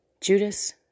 Judas